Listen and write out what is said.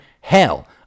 hell